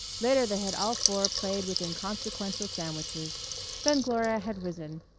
later they had all four played with inconsequential sandwiches then gloria had risen,